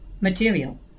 material